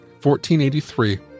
1483